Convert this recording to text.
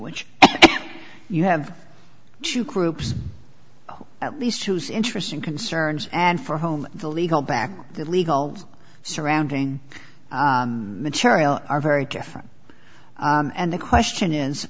which you have two groups at least whose interests and concerns and for home the legal back the legal surrounding material are very different and the question is